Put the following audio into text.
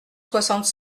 soixante